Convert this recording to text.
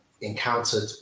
encountered